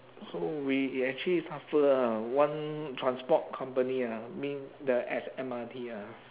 so we actually suffer ah one transport company ah mean the S_M_R_T ah